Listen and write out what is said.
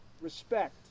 Respect